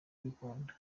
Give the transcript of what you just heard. bikunda